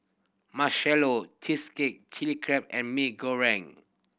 marshallow cheesecake Chili Crab and Mee Goreng